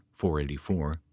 484